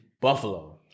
Buffalo